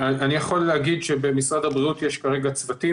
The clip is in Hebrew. אני יכול להגיד שבמשרד הבריאות יש כרגע צוותים